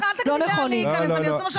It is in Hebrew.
אל תגידי לאן להיכנס, אני אעשה מה שאני רוצה.